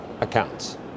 accounts